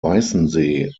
weißensee